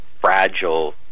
fragile